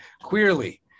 Queerly